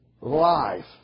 life